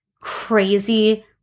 crazy